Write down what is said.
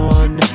one